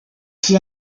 qui